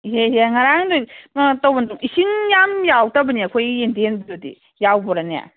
ꯏꯍꯦ ꯏꯍꯦ ꯉꯔꯥꯡꯗꯪ ꯀꯩꯅꯣ ꯇꯧꯕꯅꯦ ꯏꯁꯤꯡ ꯌꯥꯝ ꯌꯥꯎꯗꯕꯅꯦ ꯑꯩꯈꯣꯏꯒꯤ ꯌꯦꯟꯗꯦꯝꯗꯨꯗꯤ ꯌꯥꯎꯕ꯭ꯔꯅꯦ